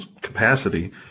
capacity